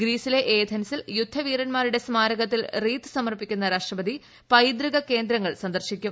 ഗ്രീസിലെ ഏഥൻസിൽ യുദ്ധ വീര്ൻമാരുടെ സ്മാരകത്തിൽ റീത്ത് സമർപ്പിക്കുന്ന രാഷ്ട്രപതി ക്വൈതൃക് കേന്ദ്രങ്ങൾ സന്ദർശിക്കും